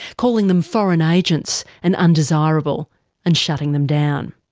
calling them foreign agents and undesirable and shutting them down.